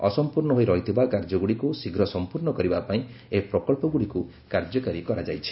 ଅସମ୍ପୂର୍ଣ୍ଣ ହୋଇ ରହିଥିବା କାର୍ଯ୍ୟଗୁଡ଼ିକୁ ଶୀଘ୍ର ସଂପୂର୍ଣ୍ଣ କରିବା ପାଇଁ ଏହି ପ୍ରକଳ୍ପଗୁଡ଼ିକୁ କାର୍ଯ୍ୟକାରୀ କରାଯାଇଛି